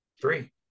Three